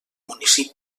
municipi